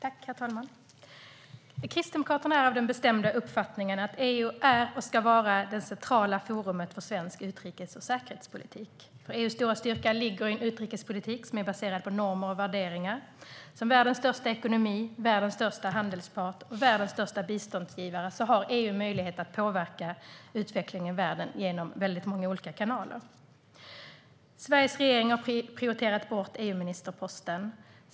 Herr talman! Kristdemokraterna är av den bestämda uppfattningen att EU är och ska vara det centrala forumet för svensk utrikes och säkerhetspolitik. Sveriges regering har prioriterat bort EU-ministerposten.